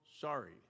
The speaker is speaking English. sorry